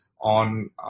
on